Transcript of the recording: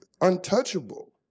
untouchable